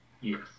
Yes